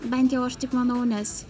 bent jau aš taip manau nes